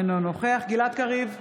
אינו נוכח גלעד קריב,